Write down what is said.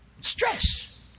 Stress